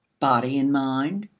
body and mind,